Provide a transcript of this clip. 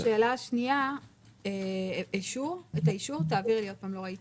תעביר לי שוב את